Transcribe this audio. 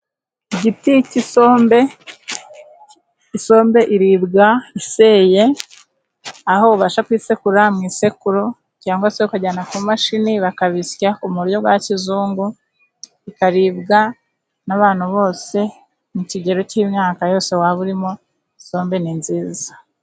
Igiti cy'isombe isombe iribwa iseye aho ubasha kuyisekura mu isekuru cyangwa se ukajyana ku mashini bakabisya mu buryo bwa kizungu ikaribwa n'abantu bose ku kigero cy'imyaka yose waba urimo isombe ni nziza.